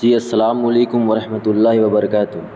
جی السلام علیکم و رحمۃ اللہ وبرکاتہ